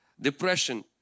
depression